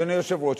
אדוני היושב-ראש,